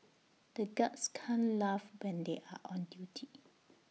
the guards can't laugh when they are on duty